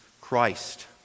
Christ